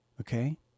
Okay